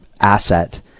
asset